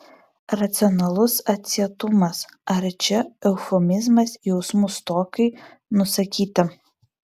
racionalus atsietumas ar čia eufemizmas jausmų stokai nusakyti